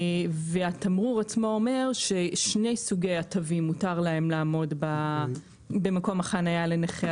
והתמרור עצמו אומר ששני סוגי התווים מותר להם לעמוד במקום החניה לנכה.